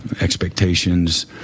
expectations